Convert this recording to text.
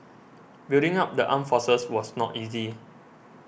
building up the armed forces was not easy